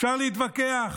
אפשר להתווכח,